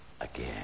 again